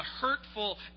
hurtful